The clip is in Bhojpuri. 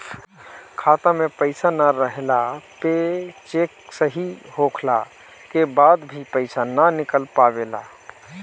खाता में पईसा ना रहला पे चेक सही होखला के बाद भी पईसा ना निकल पावेला